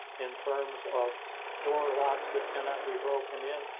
in terms of door locks that cannot be broken in,